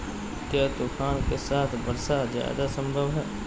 क्या तूफ़ान के साथ वर्षा जायदा संभव है?